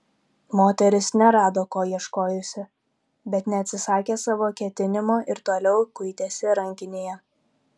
moteris nerado ko ieškojusi bet neatsisakė savo ketinimo ir toliau kuitėsi rankinėje